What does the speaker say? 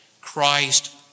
Christ